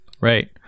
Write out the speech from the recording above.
right